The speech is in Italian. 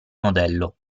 modello